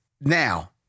now